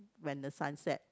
when the sun set